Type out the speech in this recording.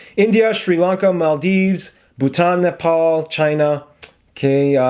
india sri lanka maldives bhutan nepal china k,